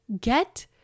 Get